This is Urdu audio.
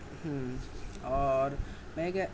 ہوں اور میں یہ کہ